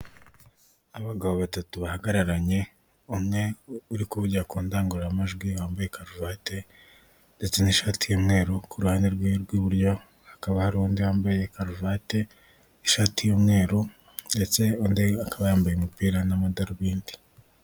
Abagabo batatu bahagararanye umwe uri kuvugira ku ndangururamajwi, yambaye karuvati ndetse n'ishati y'umweru, ku ruhande rwe rw'iburyo hakaba hari undi wambaye karuvati, ishati y'umweru, ndetse undi akaba yambaye umupira n'amadarubindi.